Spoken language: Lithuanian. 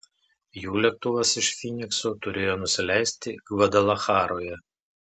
jų lėktuvas iš fynikso turėjo nusileisti gvadalacharoje